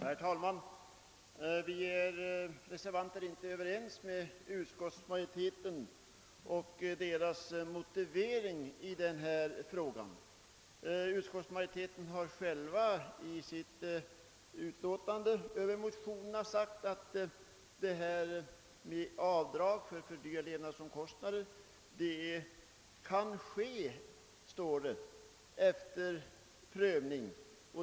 Herr talman! Vi reservanter är inte överens med utskottsmajoriteten beträffande motiveringen i denna fråga. Utskottsmajoriteten har själv i sitt utlåtande sagt att avdrag för fördyrade levnadskostnader kan medges efter prövning.